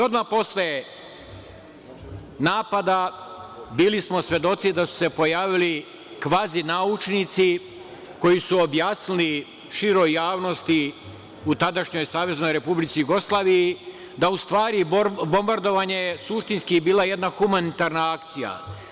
Odmah posle napada bili smo svedoci da su se pojavili kvazi naučnici koji su objasnili široj javnosti u tadašnjoj SRJ, da u stvari bombardovanje je suštinski bila jedna humanitarna akcija.